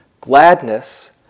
Gladness